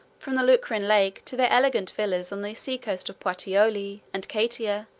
from the lucrine lake to their elegant villas on the seacoast of puteoli and cayeta,